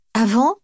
Avant